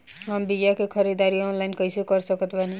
हम बीया के ख़रीदारी ऑनलाइन कैसे कर सकत बानी?